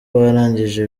barangije